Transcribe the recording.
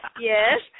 yes